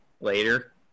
later